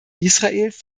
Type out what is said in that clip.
israels